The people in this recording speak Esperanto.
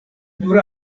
nur